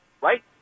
right